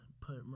put